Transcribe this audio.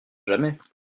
jamais